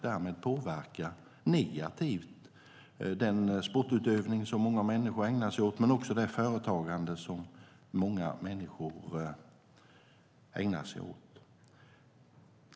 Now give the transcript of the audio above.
Därmed skulle den sportutövning och det företagande som många människor ägnar sig åt påverkas negativt.